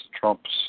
trumps